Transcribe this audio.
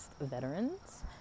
veterans